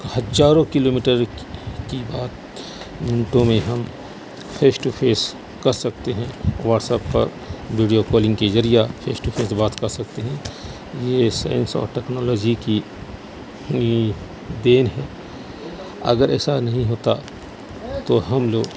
ہزاروں کلومیٹر کی بات منٹوں میں ہم فیش ٹو فیس کر سکتے ہیں واٹسپ پر ویڈیو کالنگ کے ذریعہ فیش ٹو فیس بات کر سکتے ہیں یہ سائنس اور ٹکنالوجی کی ہی دین ہے اگر ایسا نہیں ہوتا تو ہم لوگ